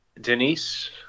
Denise